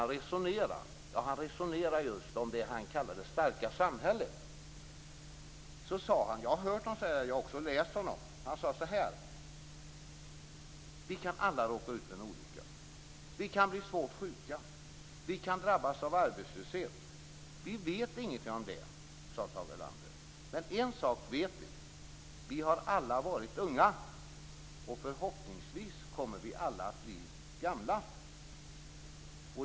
Han resonerade om det som han kallade "det starka samhället". Då sade han: Vi kan alla råka ut för en olycka. Vi kan bli svårt sjuka. Vi kan drabbas av arbetslöshet. Vi vet ingenting om det, men en sak vet vi: Vi har alla varit unga och förhoppningsvis kommer vi alla att bli gamla.